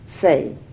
say